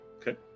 Okay